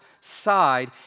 side